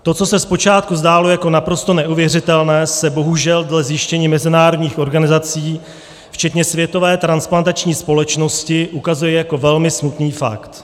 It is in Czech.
To, co se zpočátku zdálo jako naprosto neuvěřitelné, se bohužel dle zjištění mezinárodních organizací, včetně Světové transplantační společnosti, ukazuje jako velmi smutný fakt.